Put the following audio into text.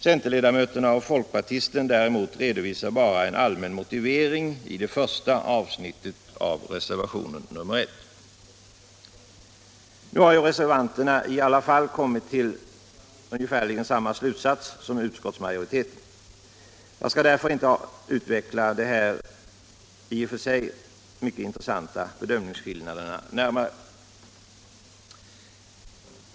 Centerledamöterna och folkpartisten däremot redovisar bara en allmän motivering i det första avsnittet av reservationen 1. Nu har ju reservanterna i alla fall kommit till ungefär samma slutsats som utskottsmajoriteten. Jag skall därför inte närmare utveckla dessa i och för sig mycket intressanta bedömningsskillnader.